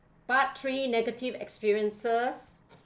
part three negative experiences